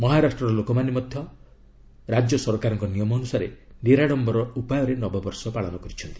ମହାରାଷ୍ଟ୍ରର ଲୋକମାନେ ମଧ୍ୟ ରାଜ୍ୟ ସରକାରଙ୍କ ନିୟମ ଅନୁସାରେ ନିରାଡମ୍ବର ଉପାୟରେ ନବବର୍ଷ ପାଳନ କରିଛନ୍ତି